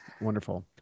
Wonderful